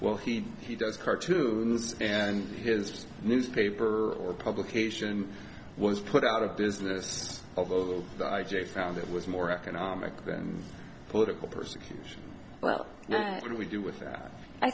well he he does cartoons and his newspaper or publication was put out of business although i just found it was more economic than political persecution well and we do with that i